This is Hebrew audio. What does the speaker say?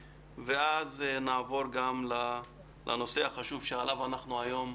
ואז נעבור גם לנושא החשוב שעליו אנחנו מדברים היום.